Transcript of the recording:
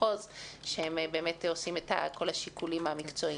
המחוז שהם באמת עושים את כל השיקולים המקצועיים.